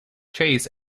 chase